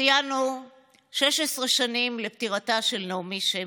ציינו 16 שנים לפטירתה של נעמי שמר.